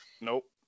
Nope